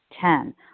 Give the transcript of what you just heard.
Ten